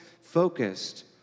focused